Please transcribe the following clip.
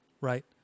right